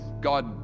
God